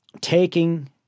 taking